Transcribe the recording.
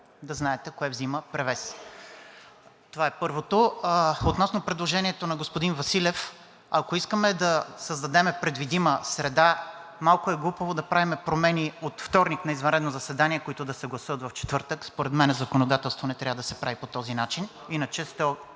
Да знаете кое взема превес. Това е първото. Относно предложението на господин Василев – ако искаме да създадем предвидима среда, малко е глупаво да правим промени от вторник на извънредно заседание, които да се гласуват в четвъртък. Според мен законодателство не трябва да се прави по този начин. Иначе сме